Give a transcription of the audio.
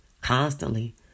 constantly